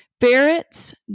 Ferrets